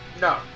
No